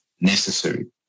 necessary